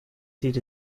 sieht